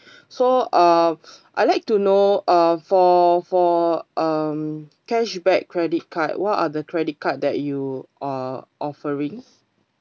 so uh I like to know uh for for um cashback credit card what are the credit card that you are offering